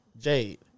Jade